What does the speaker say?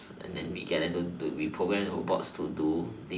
and then we get them to to we programme the robots to do